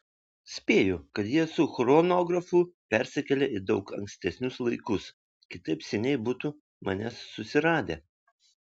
spėju kad jie su chronografu persikėlė į daug ankstesnius laikus kitaip seniai būtų mane susiradę